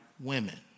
women